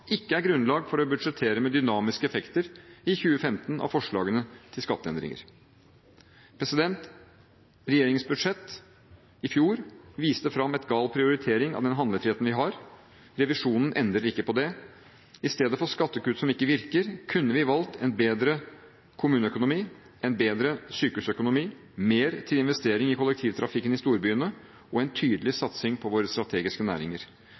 ikke er «grunnlag for å budsjettere med dynamiske effekter i 2015 av forslagene til skatteendringer». Regjeringens budsjett i fjor viste fram en gal prioritering av den handlefriheten vi har – revisjonen endrer ikke på det. I stedet for skattekutt som ikke virker, kunne vi valgt en bedre kommuneøkonomi, en bedre sykehusøkonomi, mer til investering i kollektivtrafikken i storbyene, og en tydelig satsing på våre strategiske næringer.